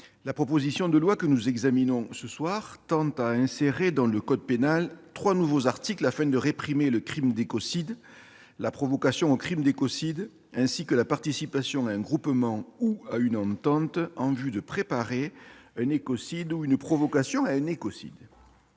la proposition de loi que nous examinons ce soir tend à insérer dans le code pénal trois nouveaux articles afin de réprimer le crime d'écocide, la provocation au crime d'écocide ainsi que la participation à un groupement ou à une entente en vue de préparer un écocide ou une provocation à un écocide.